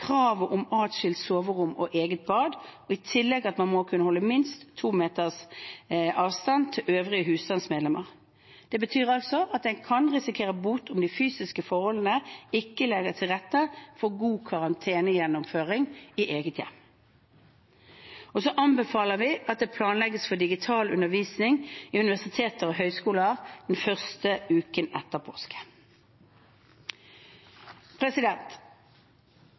kravet om adskilte soverom og eget bad og i tillegg at man må kunne holde minst to meters avstand til øvrige husstandsmedlemmer. Det betyr at en kan risikere bot om de fysiske forholdene ikke legger til rette for god karantenegjennomføring i eget hjem. Vi anbefaler også at det planlegges for digital undervisning i universiteter og høyskoler den første uken etter